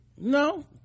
No